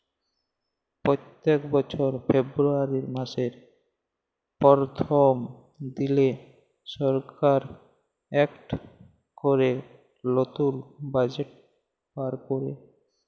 প্যত্তেক বছর ফেরবুয়ারি ম্যাসের পরথম দিলে সরকার ইকট ক্যরে লতুল বাজেট বাইর ক্যরে